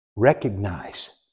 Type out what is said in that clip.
Recognize